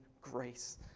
grace